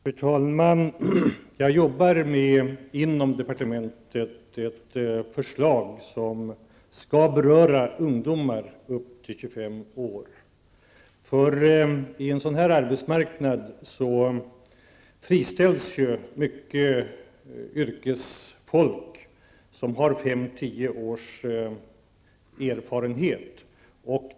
Fru talman! Jag jobbar inom departementet med ett förslag, som berör ungdomar upp till 25 år. I en sådan här arbetsmarknadssituation friställs många yrkesarbetare med 5--10 års erfarenhet.